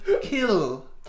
kill